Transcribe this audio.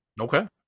Okay